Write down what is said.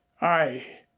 I